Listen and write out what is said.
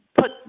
put